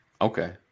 okay